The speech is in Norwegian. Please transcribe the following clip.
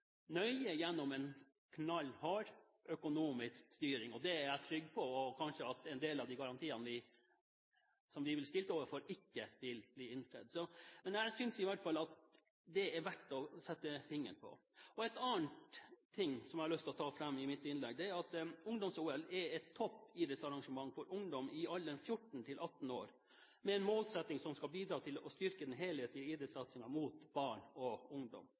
nøye gjennom en knallhard økonomisk styring. Det er jeg trygg på. Kanskje blir ikke en del av de garantiene som man blir stilt overfor, innfridd. Men jeg synes i hvert fall at dette er verdt å sette fingeren på. Noe annet som jeg har lyst til å ta fram i mitt innlegg, er at ungdoms-OL er et toppidrettsarrangement for ungdom i alderen 14–18 år, med en målsetting som skal bidra til å styrke den helhetlige idrettssatsingen mot barn og ungdom.